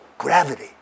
Gravity